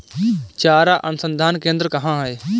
चारा अनुसंधान केंद्र कहाँ है?